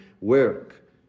work